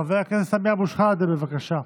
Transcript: חבר הכנסת סמי אבו שחאדה, בבקשה.